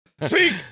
Speak